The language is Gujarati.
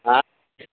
હા